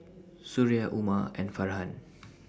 Suria Umar and Farhan